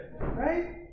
right